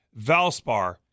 Valspar